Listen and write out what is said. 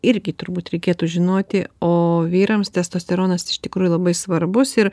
irgi turbūt reikėtų žinoti o vyrams testosteronas iš tikrųjų labai svarbus ir